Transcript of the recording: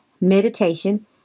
meditation